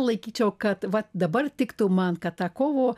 laikyčiau kad va dabar tiktų man kad ta kovo